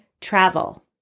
travel